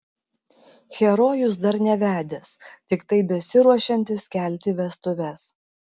herojus dar nevedęs tiktai besiruošiantis kelti vestuves